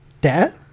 dad